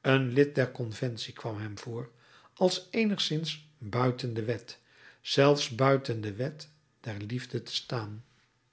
een lid der conventie kwam hem voor als eenigszins buiten de wet zelfs buiten de wet der liefde te staan